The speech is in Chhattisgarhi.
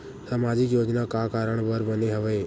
सामाजिक योजना का कारण बर बने हवे?